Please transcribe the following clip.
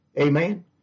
amen